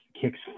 kicks